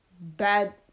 bad